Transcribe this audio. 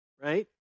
right